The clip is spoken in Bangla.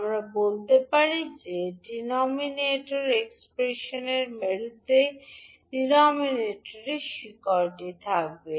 আমরা বলতে পারি যে ডিনোমিনেটর এক্সপ্রেশনের মেরুতে ডিনোনিটারের শিকড় থাকবে